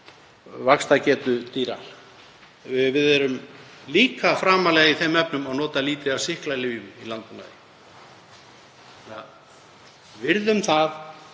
vaxtargetu dýra. Við erum líka framarlega í þeim efnum að nota lítið af sýklalyfjum í landbúnaði. Virðum það